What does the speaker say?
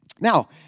Now